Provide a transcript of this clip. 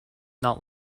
not